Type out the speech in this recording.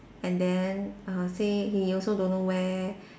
and then err say he also don't know where